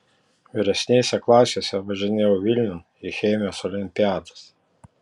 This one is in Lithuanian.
vyresnėse klasėse važinėjau vilniun į chemijos olimpiadas